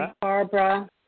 Barbara